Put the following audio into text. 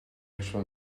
actually